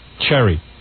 cherry